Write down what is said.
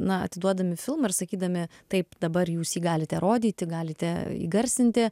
na atiduodami filmą ir sakydami taip dabar jūs jį galite rodyti galite įgarsinti